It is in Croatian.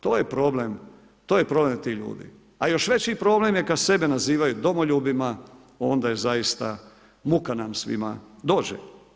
To je problem, to je problem tih ljudi, a još veći problem je kad sebe nazivaju domoljubima, onda je zaista muka nam svima dođe.